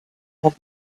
have